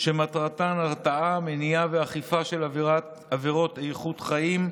שמטרתם הרתעה, מניעה ואכיפה של עבירות איכות חיים,